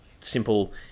simple